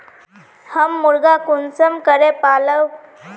हम मुर्गा कुंसम करे पालव?